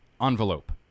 envelope